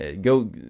go